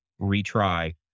retry